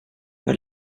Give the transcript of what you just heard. har